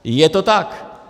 Je to tak!